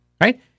right